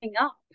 up